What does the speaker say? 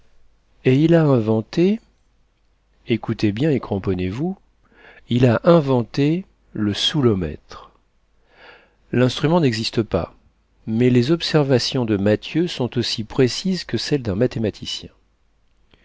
et il a inventé écoutez bien et cramponnez vous il a inventé le saoulomètre l'instrument n'existe pas mais les observations de mathieu sont aussi précises que celles d'un mathématicien